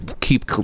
keep